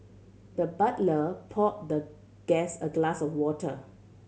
the butler poured the guest a glass of water